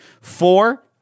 Four